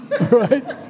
Right